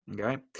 Okay